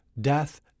death